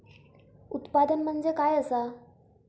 उत्पादन म्हणजे काय असा?